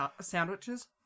sandwiches